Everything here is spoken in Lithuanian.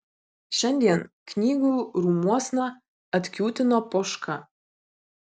šiandien knygų rūmuosna atkiūtino poška